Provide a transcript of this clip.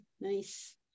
Nice